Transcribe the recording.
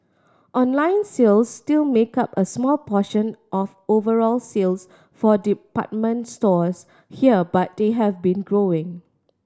online sales still make up a small portion of overall sales for department stores here but they have been growing